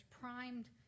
primed